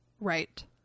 Right